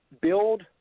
build